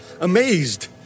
amazed